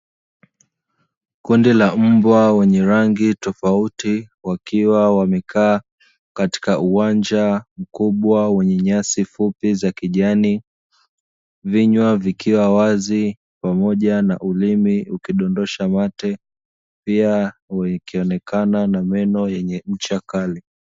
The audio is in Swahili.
Kundi la mbwa wenye rangi tofauti wakiwa wamekaa katika uwanja mkubwa wenye nyasi fupi za kijani, vinywa vikiwa wazi pamoja na ulimi ukidondosha mate, pia ukionekana na meno yenye cha kali.